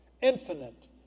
infinite